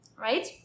right